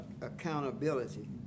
accountability